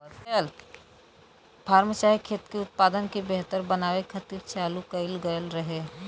form चाहे खेत के उत्पादन के बेहतर बनावे खातिर चालू कएल गएल रहे